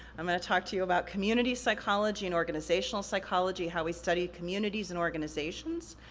i'm gonna talk to you about community psychology and organizational psychology, how we study communities and organizations,